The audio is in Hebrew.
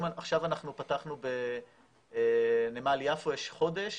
עכשיו אנחנו פתחנו בנמל יפו, יש חודש